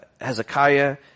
Hezekiah